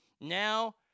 now